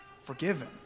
forgiven